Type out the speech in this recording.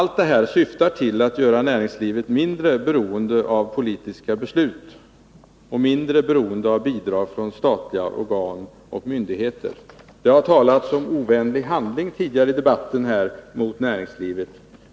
Allt detta syftar till att göra näringslivet mindre beroende av politiska beslut och mindre beroende av bidrag från statliga organ och myndigheter. Det har tidigare i debatten talats om ”ovänlig handling” mot näringslivet.